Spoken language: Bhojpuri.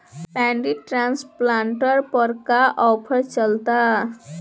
पैडी ट्रांसप्लांटर पर का आफर चलता?